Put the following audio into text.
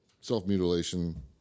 self-mutilation